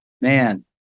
Man